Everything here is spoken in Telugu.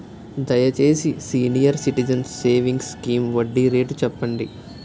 దయచేసి సీనియర్ సిటిజన్స్ సేవింగ్స్ స్కీమ్ వడ్డీ రేటు చెప్పండి